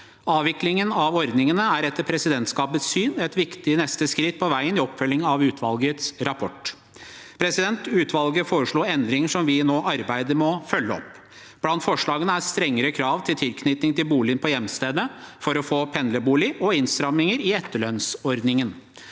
Avviklingen av ordningene er etter presidentskapets syn et viktig neste skritt på veien i oppfølging av utvalgets rapport. Utvalget foreslo endringer som vi nå arbeider med å følge opp. Blant forslagene er strengere krav til tilknytning til boligen på hjemstedet for å få pendlerbolig, og innstramninger i etterlønnsordningen.